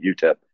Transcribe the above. UTEP